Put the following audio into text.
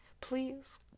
please